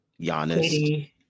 Giannis